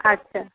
अच्छा